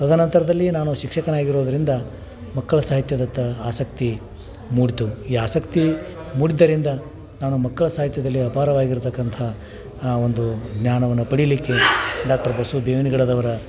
ತದ ನಂತರದಲ್ಲಿ ನಾನು ಶಿಕ್ಷಕನಾಗಿರೋದರಿಂದ ಮಕ್ಕಳ ಸಾಹಿತ್ಯದತ್ತ ಆಸಕ್ತಿ ಮೂಡಿತು ಈ ಆಸಕ್ತಿ ಮೂಡಿದ್ದರಿಂದ ನಾನು ಮಕ್ಕಳ ಸಾಹಿತ್ಯದಲ್ಲಿ ಅಪಾರವಾಗಿರತಕ್ಕಂತಹ ಆ ಒಂದು ಜ್ಞಾನವನ್ನು ಪಡೀಲಿಕ್ಕೆ ಡಾಕ್ಟ್ರ್ ಬಸು ಬೇವಿನಗಿಡದವರ